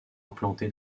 implanté